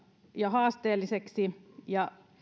ja haasteelliseksi